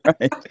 Right